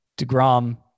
DeGrom